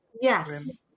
Yes